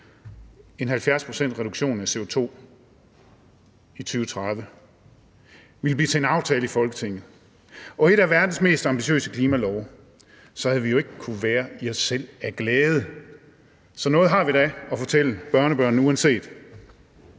mål om en reduktion af CO₂ på 70 pct. i 2030 ville blive til en aftale i Folketinget og en af verdens mest ambitiøse klimalove, havde vi jo ikke kunnet være i os selv af glæde. Så noget har vi da at fortælle børnebørnene.